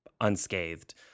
unscathed